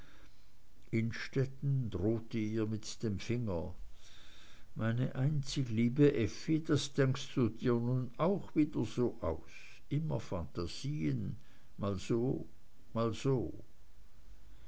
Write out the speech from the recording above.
innstetten drohte ihr mit dem finger meine einzig liebe effi das denkst du dir nun auch wieder so aus immer phantasien mal so mal so